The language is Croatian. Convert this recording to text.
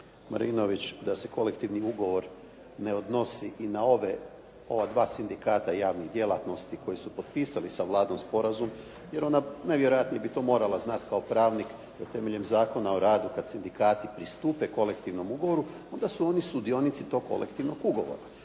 Marinović da se kolektivni ugovor ne odnosi i na ova dva sindikata javnih djelatnosti koji su potpisali sa Vladom sporazum jer ona najvjerojatnije bi to morala znati kao pravnik da temeljem Zakona o radu kad sindikati pristupe kolektivnom ugovoru onda su oni sudionici tog kolektivnog ugovora.